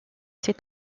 ses